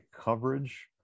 coverage